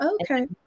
Okay